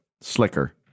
Slicker